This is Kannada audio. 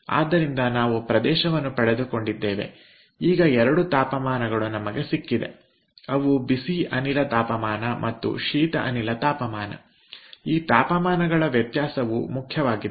ಆದ್ದರಿಂದ ನಾವು ಪ್ರದೇಶವನ್ನು ಪಡೆದುಕೊಂಡಿದ್ದೇವೆ ಈ 2 ತಾಪಮಾನಗಳು ನಮಗೆ ಸಿಕ್ಕಿದೆ ಅವು ಬಿಸಿ ಅನಿಲ ತಾಪಮಾನ ಮತ್ತು ಶೀತ ಅನಿಲ ತಾಪಮಾನಈ ತಾಪಮಾನಗಳ ವ್ಯತ್ಯಾಸವು ಮುಖ್ಯವಾಗಿದೆ